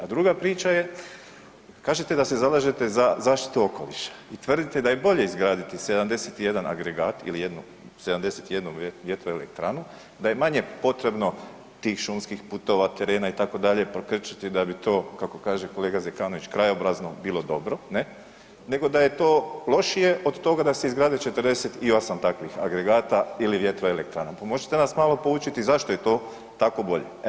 A druga priča je, kažete da se zalažete za zaštitu okoliša i tvrdite da je bolje izgraditi 71 agregat ili 71 vjetroelektranu, da je manje potrebno tih šumskih putova, terena itd. prokrčiti da bi to, kako kaže kolega Zekanović, krajobrazno bilo dobro, ne, nego da je to lošije od toga da se izgradi 48 takvih agregata ili vjetroelektrana, pa možete nas malo poučiti zašto je to tako bolje, evo?